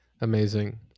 Amazing